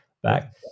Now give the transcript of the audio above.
Back